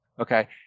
okay